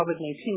COVID-19